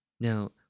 Now